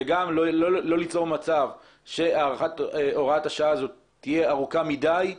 וגם לא ליצור מצב שהארכת הוראת השעה הזו תהיה ארוכה מדי,